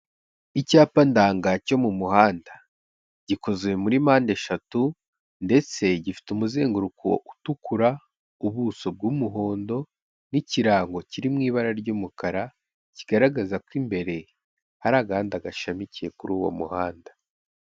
Icyapa ndanga cyo mu muhanda. Gikoze muri mpandeshatu, ndetse gifite umuzenguruko utukura, ubuso bw'umuhondo n'ikirango kiri mu ibara ry'umukara, kigaragaza ko imbere hari agahanda gashamikiye kuri uwo muhanda.